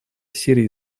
сирии